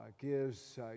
gives